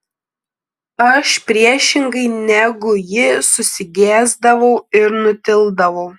aš priešingai negu ji susigėsdavau ir nutildavau